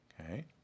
Okay